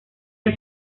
del